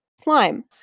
slime